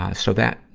ah so that,